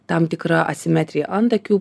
tam tikra asimetrija antakių